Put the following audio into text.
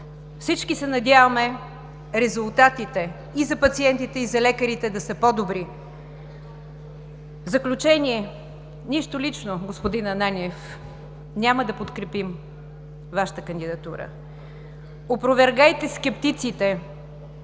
Всички се надяваме резултатите – и за пациентите, и за лекарите да са по-добри. В заключение, нищо лично, господин Ананиев! Няма да подкрепим Вашата кандидатура! Опровергайте скептиците,